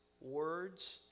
words